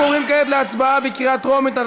אנחנו עוברים כעת להצבעה בקריאה טרומית על